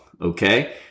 Okay